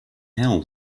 hell